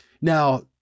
Now